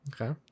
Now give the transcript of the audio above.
Okay